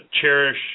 cherish